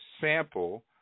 sample